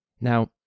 Now